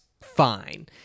fine